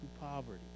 poverty